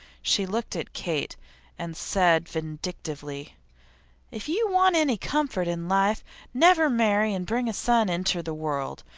she looked at kate and said vindictively if you want any comfort in life, never marry and bring a son inter the world.